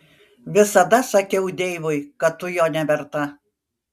visada sakiau deivui kad tu jo neverta